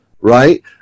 Right